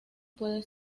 puede